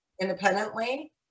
Independently